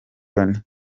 loni